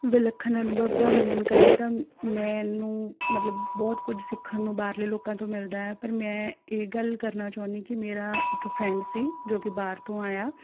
ਵਿਲੱਖਣ ਅਨੁਭਵ ਦਾ ਵਰਣਨ ਕਰਾਂ ਤਾਂ ਮੈਨੂੰ ਮਤਲਬ ਬਹੁਤ ਕੁਝ ਸਿੱਖਣ ਨੂੰ ਬਾਹਰਲੇ ਲੋਕਾਂ ਤੋਂ ਮਿਲਦਾ ਹੈ ਪਰ ਮੈਂ ਇਹ ਗੱਲ ਕਰਨਾ ਚਾਹੁੰਦੀ ਕਿ ਮੇਰਾ ਇੱਕ ਫਰੈਂਡ ਸੀ ਜੋ ਕਿ ਬਾਹਰ ਤੋਂ ਆਇਆ